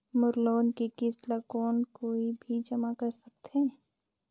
मोर loan के किस्त ल कौन कोई भी जमा कर सकथे?